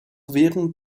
während